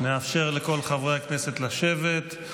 נאפשר לכל חברי הכנסת לשבת.